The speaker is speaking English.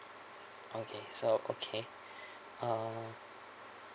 okay so okay uh